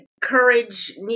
courage